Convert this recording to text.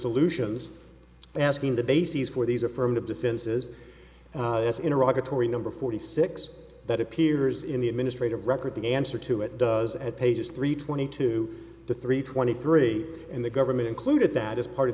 solutions asking the bases for these affirmative defenses as in iraq atory number forty six that appears in the administrative record the answer to it does at pages three twenty two to three twenty three and the government included that as part of